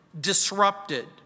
disrupted